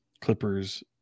Clippers